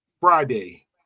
Friday